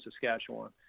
Saskatchewan